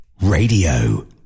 Radio